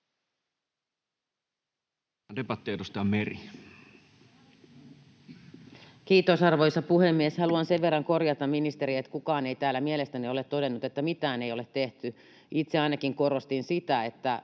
Kiitos, arvoisa puhemies! Haluan sen verran korjata ministeriä, että kukaan ei täällä mielestäni ole todennut, että mitään ei ole tehty. Itse ainakin korostin sitä, että